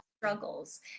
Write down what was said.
struggles